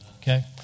Okay